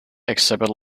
exhibit